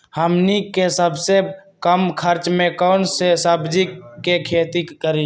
हमनी के सबसे कम खर्च में कौन से सब्जी के खेती करी?